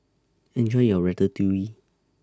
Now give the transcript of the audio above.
Enjoy your Ratatouille